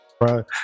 bro